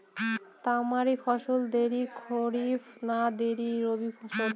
তামারি ফসল দেরী খরিফ না দেরী রবি ফসল?